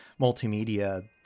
multimedia